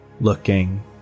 Looking